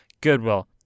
Goodwill